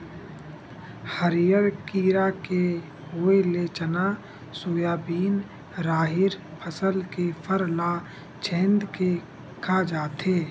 हरियर कीरा के होय ले चना, सोयाबिन, राहेर फसल के फर ल छेंद के खा जाथे